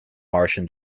martian